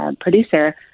producer